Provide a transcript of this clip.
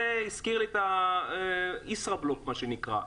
זה הזכיר לי את מה שנקרא ישראבלוף.